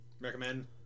Recommend